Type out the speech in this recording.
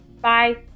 Bye